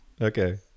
Okay